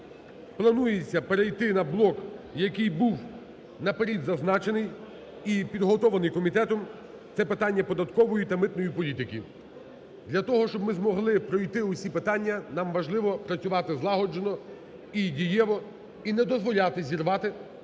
планується перейти на блок, який був наперед зазначений і підготовлений комітетом, це питання податкової та митної політики. Для того, щоб ми змогли пройти усі питання, нам важливо працювати злагоджено і дієво і не дозволяти зірвати